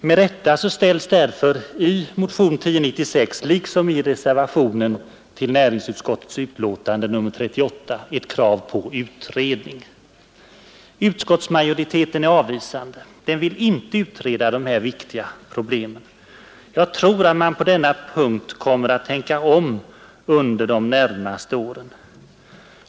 Med rätta ställs därför i motion 1096, liksom i reservationen till näringsutskottets utlåtande nr 38, ett krav på utredning. Utskottsmajoriteten är avvisande. Den vill inte utreda de här viktiga problemen. Jag tror att man på denna punkt kommer att tänka om under de närmaste åren.